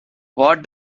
what